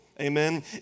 Amen